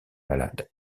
malade